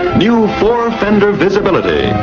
new floor fender visibility,